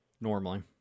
Normally